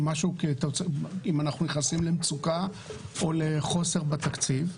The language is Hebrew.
אם אנחנו נכנסים למצוקה או לחוסר בתקציב.